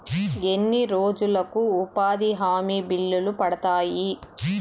ఎన్ని రోజులకు ఉపాధి హామీ బిల్లులు పడతాయి?